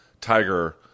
tiger